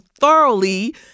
thoroughly